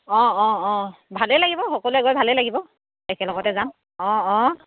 অঁ অঁ অঁ ভালেই লাগিব সকলোৱে গৈ ভালেই লাগিব লগতে যাম অঁ অঁ